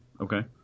Okay